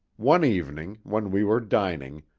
one evening, when we were dining,